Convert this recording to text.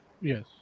Yes